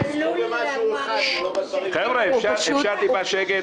עלול --- חבר'ה, אפשר טיפה שקט?